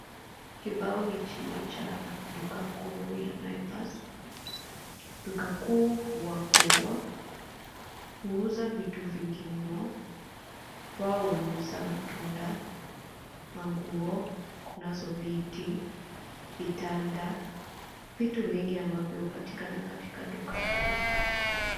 Kibao hiki ni cha duka kuu ya Naivas. Duka kuu huwa kubwa, huuza vitu vingi mno, wao huuza matunda, manguo, kunazo viti, vitanda, vitu vingi ambavyo hupatikana katika duka kuu.